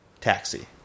taxi